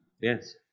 Yes